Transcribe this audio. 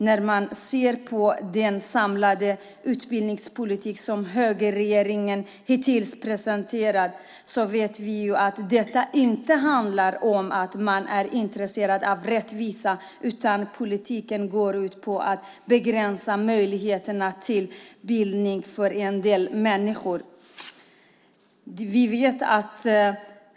När man ser på den samlade utbildningspolitik som högerregeringen hittills presenterat inser man att det inte handlar om intresse för rättvisa, utan politiken går ut på att begränsa möjligheterna till bildning för en del människor.